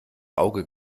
auge